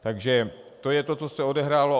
Takže to je to, co se odehrálo.